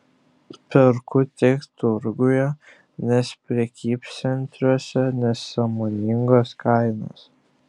perku tik turguje nes prekybcentriuose nesąmoningos kainos